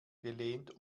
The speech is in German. gelehnt